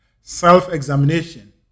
self-examination